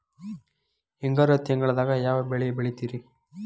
ಹಿಂಗಾರು ತಿಂಗಳದಾಗ ಯಾವ ಬೆಳೆ ಬೆಳಿತಿರಿ?